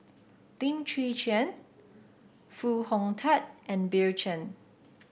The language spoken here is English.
Lim Chwee Chian Foo Hong Tatt and Bill Chen